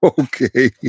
Okay